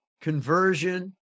Conversion